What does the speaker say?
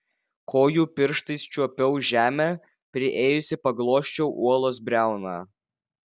kojų pirštais čiuopiau žemę priėjusi paglosčiau uolos briauną